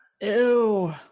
Ew